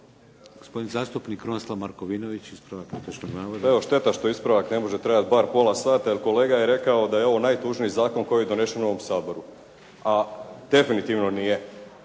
Gospodin zastupnik Krunoslav Markovinović, ispravak netočnog navoda. **Markovinović, Krunoslav (HDZ)** Evo, šteta što ispravak ne može trajati bar pola sata jer kolega je rekao da je ovo najtužniji zakon koji je donesen u ovom Saboru, a definitivno nije.